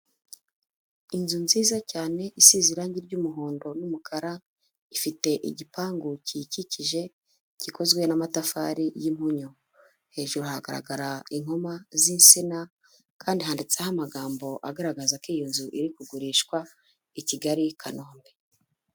Inzu nziza cyane, isize irange ry'umuhondo n'umukara, ifite igipangu kiyikikije, gikozwe n'amatafari y'impunyu, hejuru hagaragara inkoma z'insina kandi handitseho amagambo, agaragaza ko iyo nzu iri kugurishwa, i Kigali Kanombe.